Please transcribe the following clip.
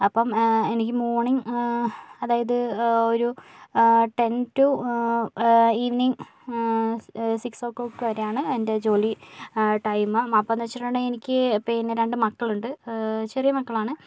അപ്പോൾ എനിക്ക് മോര്ണിംഗ് അതായത് ഒരു ten to evening six o'clock വരെയാണ് എൻ്റെ ജോലി ടൈം അപ്പോൾ എന്നു വച്ചിട്ടുണ്ടെങ്കിൽ എനിക്ക് പിന്നെ രണ്ട് മക്കളുണ്ട് ചെറിയ മക്കളാണ്